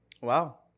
Wow